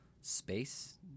space